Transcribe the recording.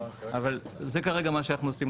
אבל זה כרגע מה שאנחנו עושים,